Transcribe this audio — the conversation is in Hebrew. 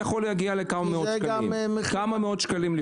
זה לפעמים יכול הגיע לכמה מאות שקלים.